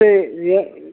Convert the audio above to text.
சரி